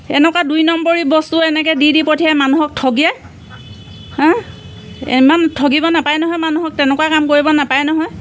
এনেকুৱা দুই নম্বৰী বস্তু এনেকে দি দি পঠিয়াই মানুহক ঠগে হা ইমান ঠগিব নাপায় নহয় মানুহক তেনেকুৱা কাম কৰিব নাপায় নহয়